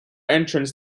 entrance